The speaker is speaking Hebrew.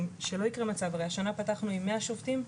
הרי השנה פתחנו עם 100 שובתים,